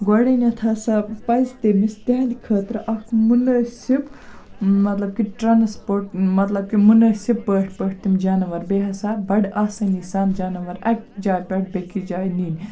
گۄڈٕنٮ۪تھ ہَسا پَزِ تٔمِس تِہنٛدِ خٲطرٕ اَکھ مُنٲسِب مطلب کہِ ٹرٛانَسپوٹ مطلب کہِ مُنٲسِب پٲٹھۍ پٲٹھۍ تِم جانوَر بیٚیہِ ہسا بَڑٕ آسٲنی سان جانوَر اَکہِ جایہِ پٮ۪ٹھ بیٚکِس جایہِ نِنۍ